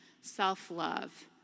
self-love